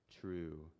true